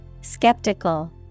Skeptical